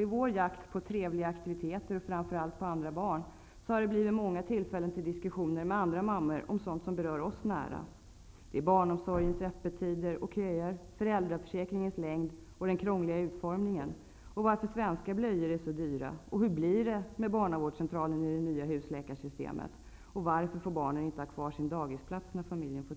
I vår jakt på trevliga aktiviteter och framför allt på andra barn har det blivit många tillfällen till diskussioner med andra mammor om sådant som berör oss nära. Det gäller barnomsorgens öppettider och köer, föräldraförsäkringens längd och krångliga utformning. Varför är svenska blöjor så dyra, hur blir det med bvc i det nya husläkarsystemet, och varför får barnen inte ha kvar sin dagisplats när familjen får